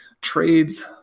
trades